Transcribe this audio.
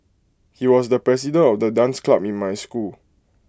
he was the president of the dance club in my school